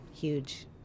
huge